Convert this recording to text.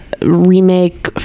remake